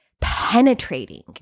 penetrating